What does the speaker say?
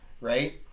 right